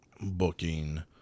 booking